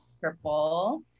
Purple